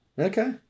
Okay